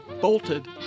bolted